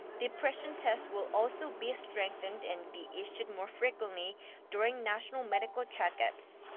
depression tests will also be strengthened and be issued more frequently during national medical check-ups.